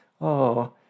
Oh